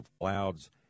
clouds